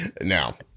Now